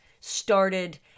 started